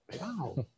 Wow